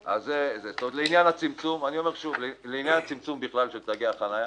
לעניין הצמצום של מספר תגי החניה,